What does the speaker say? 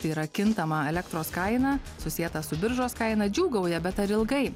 tai yra kintamą elektros kainą susietą su biržos kaina džiūgauja bet ar ilgai